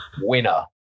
winner